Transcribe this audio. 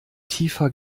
tiefer